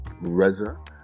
Reza